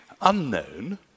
unknown